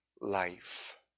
life